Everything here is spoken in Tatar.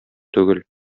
түгел